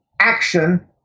action